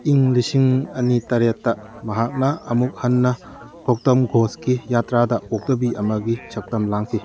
ꯏꯪ ꯂꯤꯁꯤꯡ ꯑꯅꯤ ꯇꯔꯦꯠꯇ ꯃꯍꯥꯛꯅ ꯑꯃꯨꯛ ꯍꯟꯅ ꯒꯧꯇꯝ ꯘꯣꯁꯀꯤ ꯌꯥꯇ꯭ꯔꯥꯗ ꯑꯣꯛꯇꯕꯤ ꯑꯃꯒꯤ ꯁꯛꯇꯝ ꯂꯥꯡꯈꯤ